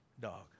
dog